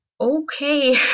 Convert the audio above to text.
Okay